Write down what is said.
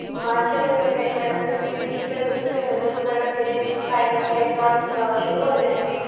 पाँच छः दिन लग जाएंगे मैडम तो उसके बीच में उससे पहले तो मैडम मेरे फाइनल के एग्ज़ाम शुरू हो जाएंगे